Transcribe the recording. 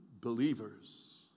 believers